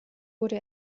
wurde